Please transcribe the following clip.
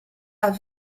avec